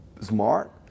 smart